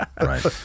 Right